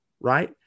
right